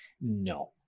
No